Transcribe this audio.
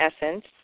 essence